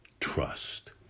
trust